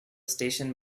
station